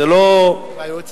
זה לא קונטרוברסלי,